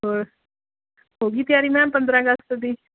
ਹੋਰ ਹੋਗੀ ਤਿਆਰੀ ਮੈਮ ਪੰਦਰਾਂ ਅਗਸਤ ਦੀ